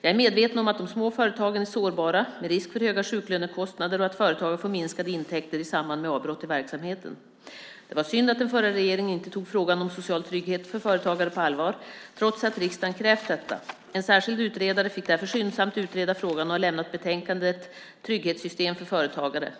Jag är medveten om att de små företagen är sårbara med risk för höga sjuklönekostnader och att företagare får minskade intäkter i samband med avbrott i verksamheten. Det var synd att den förra regeringen inte tog frågan om social trygghet för företagare på allvar, trots att riksdagen krävt detta. En särskild utredare fick därför skyndsamt utreda frågan och har lämnat betänkandet Trygghetssystemen för företagare .